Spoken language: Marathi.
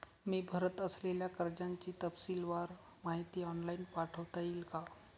मी भरत असलेल्या कर्जाची तपशीलवार माहिती ऑनलाइन पाठवता येईल का?